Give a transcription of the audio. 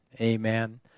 Amen